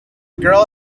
girl